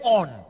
on